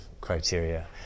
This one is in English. criteria